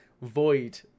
void